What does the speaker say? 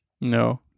No